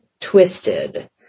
twisted